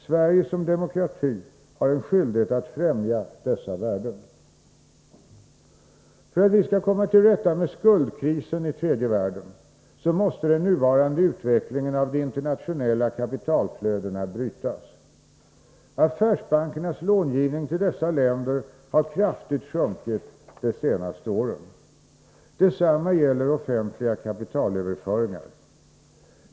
Sverige som demokrati har en skyldighet att främja dessa värden. För att vi skall komma till rätta med skuldkrisen i tredje världen måste den nuvarande utvecklingen av de internationella kapitalflödena brytas. Affärsbankernas långivning till dessa länder har kraftigt sjunkit de senaste åren. Detsamma gäller offentliga kapitalöverföringar.